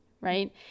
right